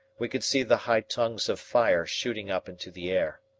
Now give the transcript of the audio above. we could see the high tongues of fire shooting up into the air.